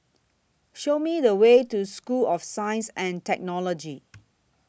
Show Me The Way to School of Science and Technology